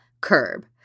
curb